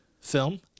film